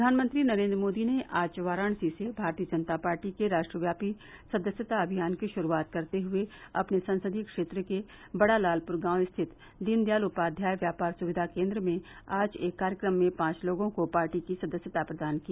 प्रधानमंत्री नरेन्द्र मोदी ने आज वाराणसी से भारतीय जनता पार्टी के राष्ट्रव्यापी सदस्यता अभियान की शुरूआत करते हुए अपने संसदीय क्षेत्र के बड़ा लालपुर गांव स्थित दीनदयाल उपाध्याय व्यापार सुविधा केन्द्र में आज एक कार्यक्रम में पांच लोगों को पार्टी की सदस्यता प्रदान की